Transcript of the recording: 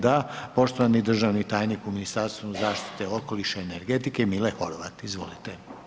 Da, poštovani državni tajnik u Ministarstvu zaštite okoliša i energetike Mile Horvat, izvolite.